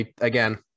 Again